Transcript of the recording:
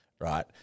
...right